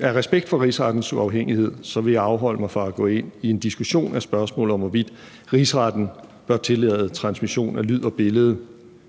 Af respekt for Rigsrettens uafhængighed vil jeg afholde mig fra at gå ind i en diskussion af spørgsmålet om, hvorvidt Rigsretten bør tillade transmission af lyd og billede